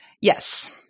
Yes